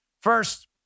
First